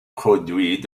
produit